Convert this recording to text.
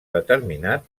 determinat